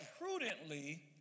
prudently